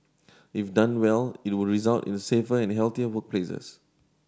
if done well it would result in safer and healthier workplaces